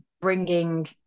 bringing